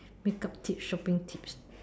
makeup tips shopping tips